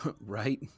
Right